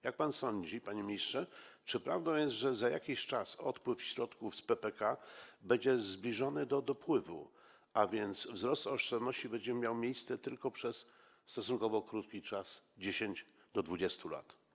Jak pan sądzi, panie ministrze, czy prawdą jest, że za jakiś czas odpływ środków z PPK będzie zbliżony do dopływu, a więc wzrost oszczędności będzie miał miejsce tylko przez stosunkowo krótki czas, 10 do 20 lat?